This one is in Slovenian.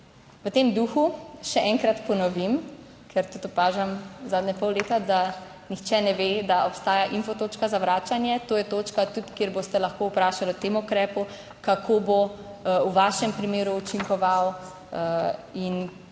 v tem duhu še enkrat ponovim, ker tudi opažam v zadnje pol leta, da nihče ne ve, da obstaja info točka za vračanje, to je točka, kjer boste lahko vprašali o tem ukrepu, kako bo v vašem primeru učinkoval in